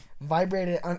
vibrated